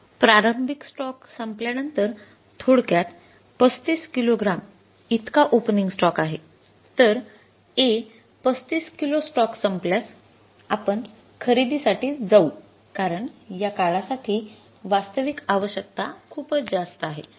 हा प्रारंभिक स्टॉक संपल्यानंतर थोडक्यात 35 किलो ग्राम इतका ओपनिंग स्टॉक आहे तर A 35 किलो स्टॉक संपल्यास आपण खरेदीसाठी जाऊ कारण या काळासाठी वास्तविक आवश्यकता खूपच जास्त आहे